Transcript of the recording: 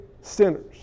sinners